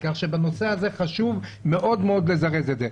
כך שחשוב מאוד מאוד לזרז את הנושא הזה.